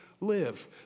live